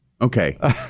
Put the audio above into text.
Okay